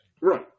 right